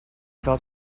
felt